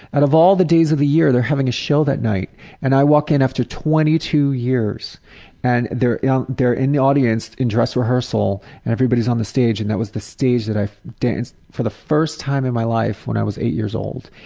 out of all the days of the year they were having a show that night and i walk in after twenty two years and they're they're in the audience in dress rehearsal and everybody's on the stage and that was the stage that i danced for the first time in my life, when i was eight years old.